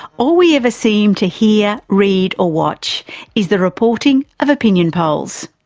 all we ever seem to hear, read or watch is the reporting of opinion polls.